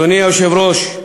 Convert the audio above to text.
אדוני היושב-ראש,